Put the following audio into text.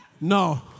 no